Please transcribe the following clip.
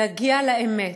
להגיע לאמת,